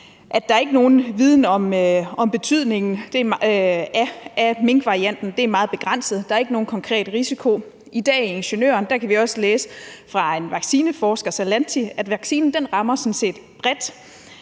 at der ikke er nogen viden om betydningen af minkvarianten. Det er meget begrænset. Der er ikke nogen konkret risiko. I dag i Ingeniøren kan vi også læse fra en vaccineforsker, Salanti, at vaccinen sådan set